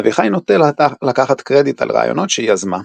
אביחי נוטה לקחת קרדיט על רעיונות שהיא יזמה.